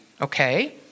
okay